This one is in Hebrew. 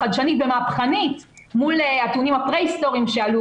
חדשנית ומהפכנית מול הנתונים הפרה-היסטוריים שעלו